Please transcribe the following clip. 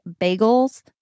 bagels